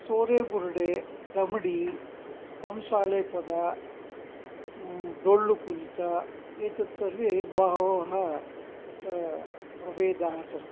सोरे बुरुडे दमडि कंसालेपद डोळ्ळुकुणित एतत्सर्वे बहवः तत्र प्रभेदाः सन्ति